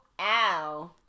Ow